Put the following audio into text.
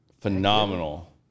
Phenomenal